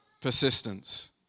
Persistence